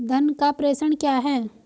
धन का प्रेषण क्या है?